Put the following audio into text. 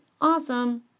Awesome